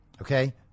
Okay